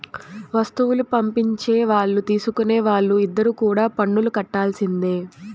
వస్తువులు పంపించే వాళ్ళు తీసుకునే వాళ్ళు ఇద్దరు కూడా పన్నులు కట్టాల్సిందే